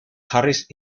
harris